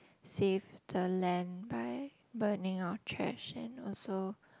save the land by burning our trash and also